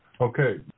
Okay